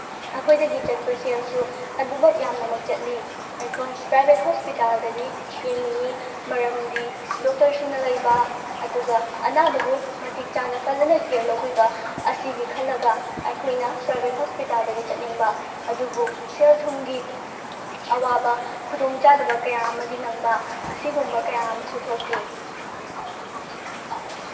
ꯑꯩꯈꯣꯏꯗꯒꯤ ꯆꯠꯄ ꯁꯦꯜꯁꯨ ꯑꯗꯨꯃꯛ ꯌꯥꯝꯅꯃꯛ ꯆꯠꯂꯤ ꯑꯩꯈꯣꯏ ꯄ꯭ꯔꯥꯏꯚꯦꯠ ꯍꯣꯁꯄꯤꯇꯥꯜꯗꯗꯤ ꯌꯦꯡꯅꯤꯡꯉꯤ ꯃꯔꯝꯗꯤ ꯗꯣꯛꯇꯔ ꯁꯨꯅ ꯂꯩꯕ ꯑꯗꯨꯒ ꯑꯅꯥꯕꯕꯨ ꯃꯇꯤꯛ ꯆꯥꯅ ꯐꯖꯅ ꯀꯤꯌꯔ ꯂꯧꯕꯤꯕ ꯑꯁꯤꯒꯤ ꯈꯜꯂꯒ ꯑꯩꯈꯣꯏꯅ ꯄ꯭ꯔꯥꯏꯚꯦꯠ ꯍꯣꯁꯄꯤꯇꯥꯜꯗꯗꯤ ꯆꯠꯅꯤꯡꯕ ꯑꯗꯨꯕꯨ ꯁꯦꯜ ꯊꯨꯝꯒꯤ ꯑꯋꯥꯕ ꯈꯨꯗꯣꯡꯆꯥꯗꯕ ꯀꯌꯥ ꯑꯃꯗꯤ ꯅꯪꯕ ꯑꯁꯤꯒꯨꯝꯕ ꯀꯌꯥ ꯑꯃꯁꯨ ꯊꯣꯛꯂꯤ